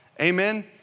Amen